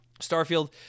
Starfield